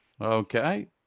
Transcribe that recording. Okay